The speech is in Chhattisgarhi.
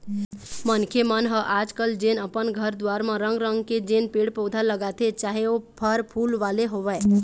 मनखे मन ह आज कल जेन अपन घर दुवार म रंग रंग के जेन पेड़ पउधा लगाथे चाहे ओ फर फूल वाले होवय